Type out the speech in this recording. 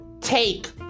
take